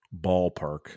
ballpark